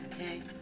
Okay